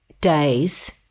days